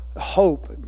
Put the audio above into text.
hope